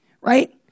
right